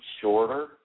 shorter